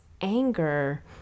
anger